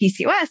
PCOS